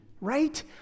right